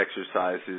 exercises